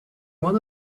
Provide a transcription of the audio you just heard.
one